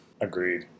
Agreed